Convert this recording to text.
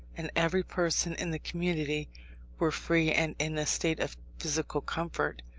and every person in the community were free and in a state of physical comfort,